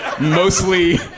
mostly